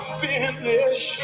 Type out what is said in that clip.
finish